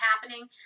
happening